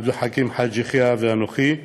עבד אל חכים חאג' יחיא ואנוכי.